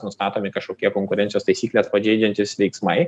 nustatomi kažkokie konkurencijos taisykles pažeidžiantys veiksmai